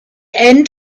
end